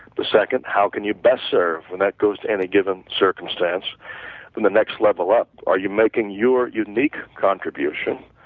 the second, how can you best serve and that goes to any given circumstance and the next level up, are you making your unique contribution.